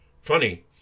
Funny